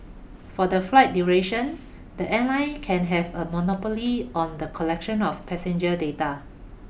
for the flight duration the airline can have a monopoly on the collection of passenger data